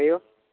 hello പറയൂ